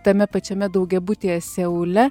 tame pačiame daugiabutyje seule